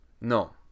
No